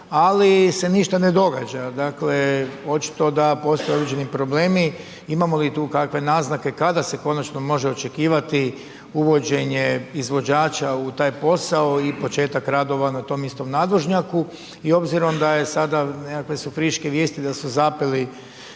ali se ništa ne događa. Dakle, očito da postoje određeni problemi, imamo li tu kakve naznake kada se konačno može očekivati uvođenje izvođača u taj posao i početak radova na tom istom nadvožnjaku i obzirom da je sada, nekakve su friške vijesti da su zapeli